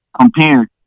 compared